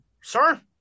sir